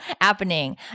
happening